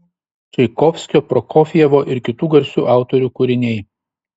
čaikovskio prokofjevo ir kitų garsių autorių kūriniai